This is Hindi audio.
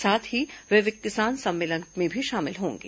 साथ ही वे किसान सम्मेलन में भी शामिल होंगे